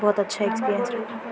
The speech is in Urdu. بہت اچھا ایکسپیرینس رہا